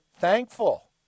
thankful